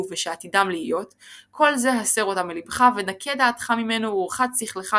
ושעתידים להיות - כל זה הסר אותה מלבך ונקה דעתך ממנו ורחץ שכלך,